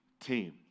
team